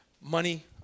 money